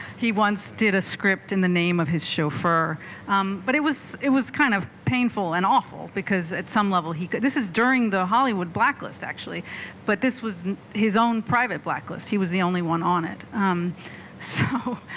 he once did a script in the name of his chauffeur um but it was it was kind of painful and awful because at some level he could this is during the hollywood blacklist actually but this was his own private blacklist he was the only one on it so